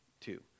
two